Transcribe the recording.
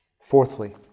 Fourthly